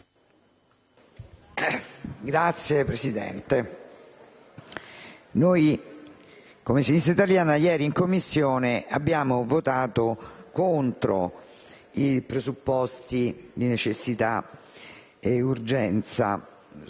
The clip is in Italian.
Signor Presidente, come Sinistra italiana ieri in Commissione abbiamo votato contro i presupposti di necessità e urgenza del